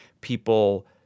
People